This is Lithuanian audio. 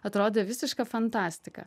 atrodė visiška fantastika